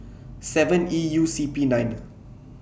seven E U C P nine